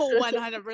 100%